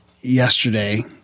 yesterday